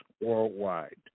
worldwide